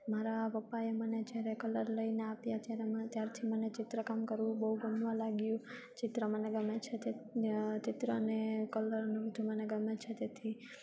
મારા પપ્પાએ મને જ્યારે કલર લઈને આપ્યા છે ત્યારે મને ત્યારથી મને ચિત્રકામ કરવું બહુ ગમવા લાગ્યું ચિત્ર મને ગમે છે ચિત્ર ને કલરને બહુ ગમે છે તેથી